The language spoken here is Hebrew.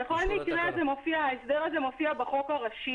בכל מקרה ההסדר הזה מופיע בחוק הראשי